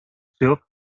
served